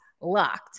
locked